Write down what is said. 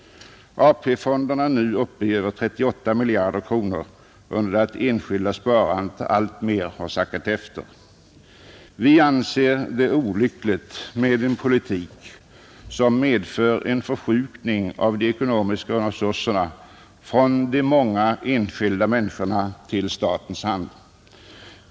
AP-fonderna är nu uppe i över 38 miljarder kronor, under det att det enskilda sparandet alltmer har sackat efter. Vi anser det olyckligt med en politik som medför en förskjutning av de ekonomiska resurserna från de många enskilda människorna till statens hand.